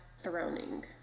Throning